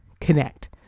connect